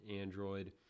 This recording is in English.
Android